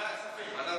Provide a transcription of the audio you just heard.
ועדת כספים.